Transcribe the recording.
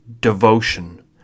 devotion